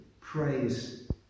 praise